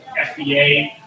FDA